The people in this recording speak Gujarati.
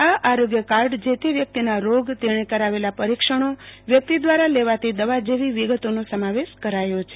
આ આરોગ્ય કાર્ડમાં જે તે વ્યક્તિનો રોગ તેણે કરાવેલા પરિક્ષણો વ્યક્તિ દ્વારા લેવાતી દવા જેવી વિગતોનો સમાવેશ કરાયો છે